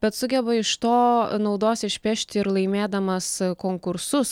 bet sugeba iš to naudos išpešti ir laimėdamas konkursus